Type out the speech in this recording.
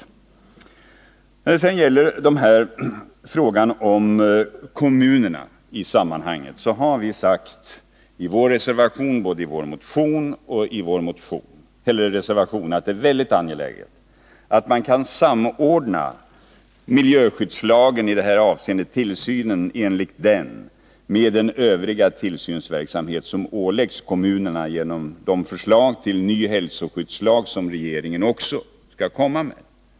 Beträffande verksamheten i kommunerna har vi både i vår motion och i vår reservation sagt att det är mycket angeläget att kunna samordna tillsynen enligt miljöskyddslagen med den övriga tillsynsverksamhet som åläggs kommunerna genom det förslag till ny hälsoskyddslag som regeringen kommer med.